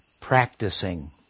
practicing